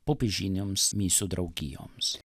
popiežinėms misijų draugijoms